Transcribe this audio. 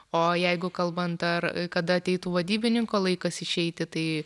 o jeigu kalbant ar kada ateitų vadybininko laikas išeiti tai